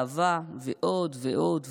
למשל, שוויון נשים, מצעדי גאווה ועוד ועוד ועוד.